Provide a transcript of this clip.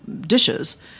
dishes